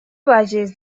vages